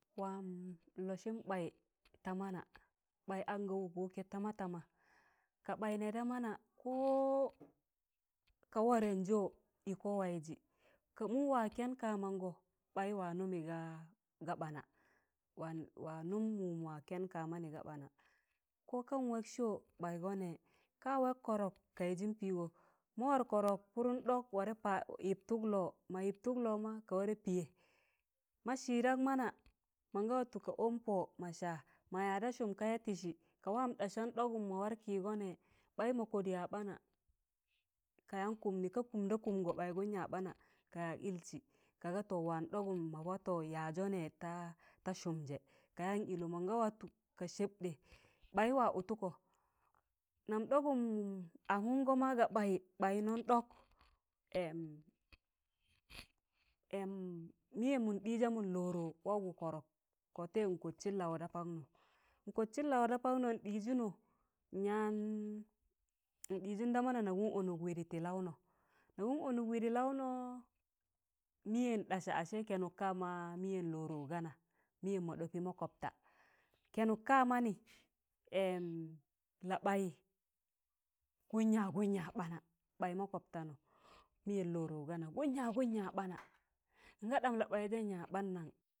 wam nlọsịn ɓaị ta mana, ɓ̣aị anga wọk wọkẹ tama tama, ka ɓaị nẹ da mana ko ka warẹnnjọ ịkọ waịzị, ka mụ wa kẹn ka mangọ baị wa nụmị ga ga ɓaana. wa- wa nụm mụm ma kẹn ka manị ka ɓaana ko kan wak sọ ɓaịgọ nẹ ka wak kọrọk kaị jịn pịịgọ, ma war kọrọk pụrụm ɗọk warẹ pa yịp tụk lọọ mọ yịptụ lọọ ka warẹ pịyẹ, ma sịdak mana mọnga watọ ka ọn pọ ma saa maya da sụm kaya tịsị ka waam ɗasam ɗọgụm wa war kịịgọ nẹ ɓ̣aị ma kọt yaịz ɓaana, kayan kụmnị ka kum da kụmgọ ɓ̣aị gụm ya ɓaana, ka yag ịlsị kaga to waam ɗọgụm ma matọ yaịzọ nẹ ta ta sụmjẹ ka yan ịlọ, mụnga watọ ka sẹbḍẹ, ɓ̣aị wa ụtụkọ nam ɗọgụm angụngọ ma ga baị, ɓaịnọm ɗọk mịyẹm mọn ɗịzamụn lọrọ waụgọ kọrọk kọ tẹẹịyẹ nkọtsịn lawọ da pọknọ, nkọtsịn lawọ da pọknọ n ɗịjụnọ n yan, n ɗijụn da mana ngụm ọnụk wịdị tị laụnọ, nagụm ọnụk wịdị laụnọọ, mịyẹm ɗasa ashe kẹnụk kama mịyẹm lọrọ gana mịyẹm mọ ɗọpị mokobta kẹnụk ka manị la ɓayị gụm ya gụm ya ɓ̣ana, ɓaị mokobtano mịyẹm lọrọ ga na gum ya gum ya ɓ̣ana n ga dam la bai jẹn yaz ɓ̣anaṇ naṇ?.